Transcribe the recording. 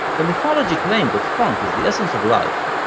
the mythology claimed that funk is the essence of life,